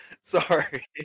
sorry